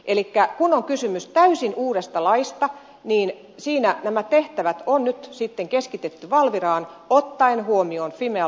elikkä kun on kysymys täysin uudesta laista niin siinä nämä tehtävät on nyt sitten keskitetty valviraan ottaen huomioon fimean lakisääteiset tehtävät